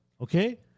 Okay